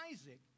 Isaac